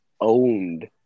owned –